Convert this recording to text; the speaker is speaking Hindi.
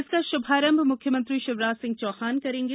इसमा शुभारंभ मुख्यमंत्री शिवराज सिंह चौहान करेंगे